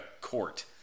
court